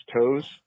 toes